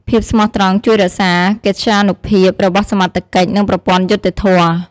ភាពស្មោះត្រង់ជួយរក្សាកិត្យានុភាពរបស់សមត្ថកិច្ច និងប្រព័ន្ធយុត្តិធម៌។